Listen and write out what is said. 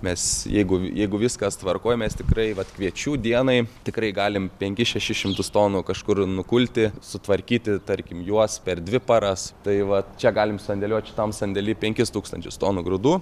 nes jeigu jeigu viskas tvarkoj mes tikrai vat kviečių dienai tikrai galim penkis šešis šimtus tonų kažkur nukulti sutvarkyti tarkim juos per dvi paras tai va čia galim sandėliuot šitam sandėly penkis tūkstančius tonų grūdų